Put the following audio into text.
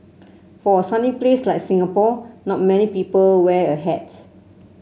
for a sunny place like Singapore not many people wear a hat